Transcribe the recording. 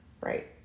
right